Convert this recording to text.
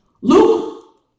Luke